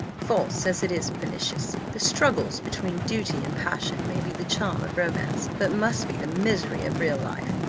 false as it is pernicious the struggles between duty and passion may be the charm of romance, but must be the misery of real life.